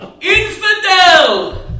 Infidel